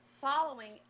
following